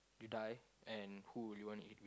you die and who would you wanna eat